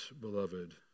beloved